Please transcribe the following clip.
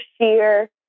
sheer